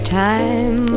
time